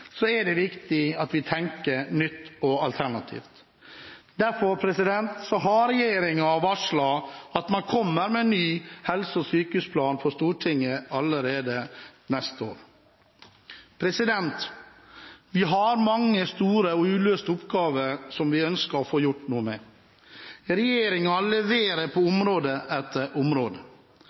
er i helsevesenet, er det viktig at vi tenker nytt og alternativt. Derfor har regjeringen varslet at man kommer til Stortinget med en ny helse- og sykehusplan allerede neste år. Vi har mange store og uløste oppgaver som vi ønsker å få gjort noe med. Regjeringen leverer på område etter område.